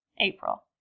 April